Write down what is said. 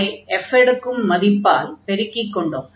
அதை f எடுக்கும் மதிப்பால் பெருக்கிக்கொண்டோம்